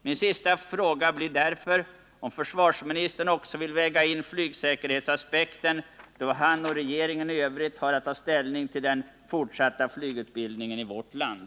Min sista fråga blir därför om försvarsministern också vill väga in flygsäkerhetsaspekten då han och regeringen i övrigt har att ta ställning till den fortsatta flygutbildningen i vårt land.